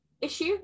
issue